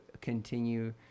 continue